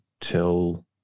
till